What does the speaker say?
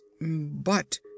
But